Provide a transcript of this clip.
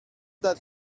that